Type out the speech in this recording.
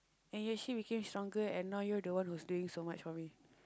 and you actually became stronger and now you're the one whose doing so much for me